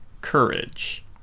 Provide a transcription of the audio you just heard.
courage